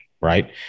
Right